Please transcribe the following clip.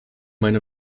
meine